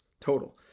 total